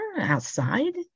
outside